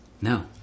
No